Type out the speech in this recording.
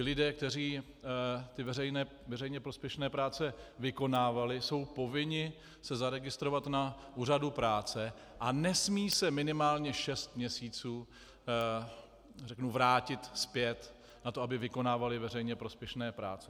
Lidé, kteří ty veřejně prospěšné práce vykonávali, jsou povinni se zaregistrovat na úřadu práce a nesmí se minimálně šest měsíců vrátit zpět na to, aby vykonávali veřejně prospěšné práce.